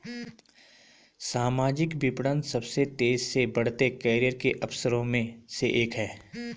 सामाजिक विपणन सबसे तेजी से बढ़ते करियर के अवसरों में से एक है